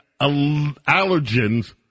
allergens